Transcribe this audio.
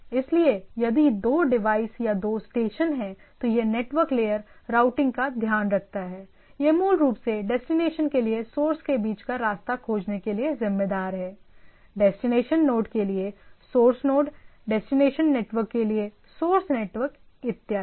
इसलिए यदि दो डिवाइस या दो स्टेशन हैं तो यह नेटवर्क लेयर रूटिंग का ध्यान रखता है यह मूल रूप से डेस्टिनेशन के लिए सोर्स के बीच का रास्ता खोजने के लिए जिम्मेदार है डेस्टिनेशन नोड के लिए सोर्स नोड डेस्टिनेशन नेटवर्क के लिए सोर्स नेटवर्क इत्यादि